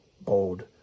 bold